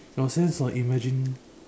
your sense of imagin~